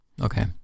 Okay